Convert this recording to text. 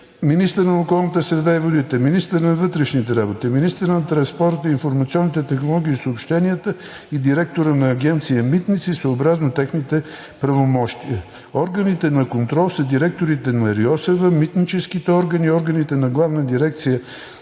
министърът на околната среда и водите, министърът на вътрешните работи, министърът на транспорта, информационните технологии и съобщенията и директорът на Агенция „Митници“ съобразно техните правомощия. Органите на контрол са директорите на РИОСВ, митническите органи, органите на Главна дирекция